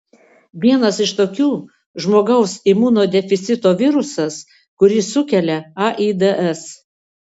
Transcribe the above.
vienas iš tokių žmogaus imunodeficito virusas kuris sukelia aids